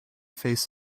face